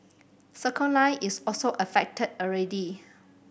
Circle Line is also affected already